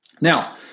Now